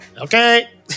Okay